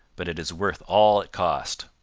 but it is worth all it cost.